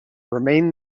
remained